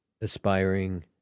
aspiring